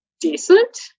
decent